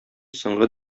соңгы